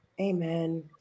Amen